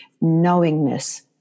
knowingness